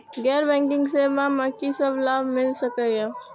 गैर बैंकिंग सेवा मैं कि सब लाभ मिल सकै ये?